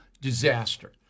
disaster